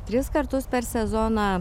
tris kartus per sezoną